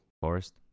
Forest